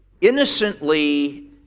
innocently